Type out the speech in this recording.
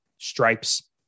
Stripes